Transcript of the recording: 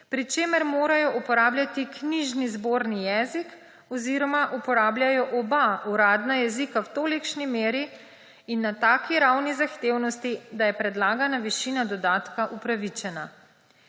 pri čemer morajo uporabljati knjižni zborni jezik oziroma uporabljajo oba uradna jezika v tolikšni meri in na taki ravni zahtevnosti, da je predlagana višina dodatka upravičena.